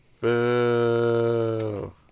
Boo